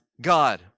God